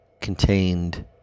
contained